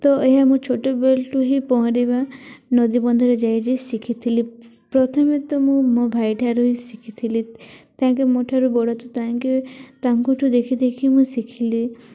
ତ ଏହା ମୁଁ ଛୋଟବେଳେଠୁ ହିଁ ପହଁରିବା ନଦୀ ବନ୍ଧରେ ଯାଇକି ଯାଇ ଶିଖିଥିଲି ପ୍ରଥମେ ତ ମୁଁ ମୋ ଭାଇଠାରୁ ହିଁ ଶିଖିଥିଲି ତାଙ୍କେ ମୋ ଠାରୁ ବଡ଼ ତାଙ୍କେ ତାଙ୍କଠୁ ଦେଖି ଦେଖି ମୁଁ ଶିଖିଲି